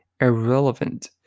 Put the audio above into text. irrelevant